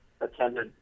attended